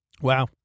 Wow